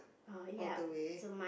all the way